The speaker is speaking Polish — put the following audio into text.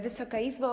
Wysoka Izbo!